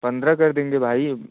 पंद्रह कर देंगे भाई